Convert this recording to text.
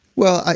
well,